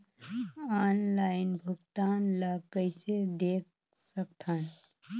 Online भुगतान ल कइसे देख सकथन?